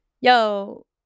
yo